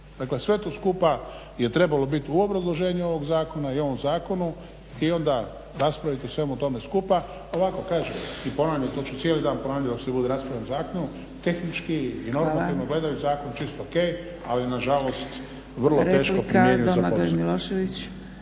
Dakle, sve to skupa je trebalo biti u obrazloženju ovog zakona i u ovom zakonu i onda raspraviti o svemu tome skupa, a ovako kažem i ponavljam i to ću cijeli dan ponavljati dok se bude raspravljalo o zakonu tehnički i normativno gledajući zakon je čisto ok, ali nažalost vrlo teško primjenjiv za